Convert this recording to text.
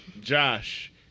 Josh